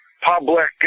public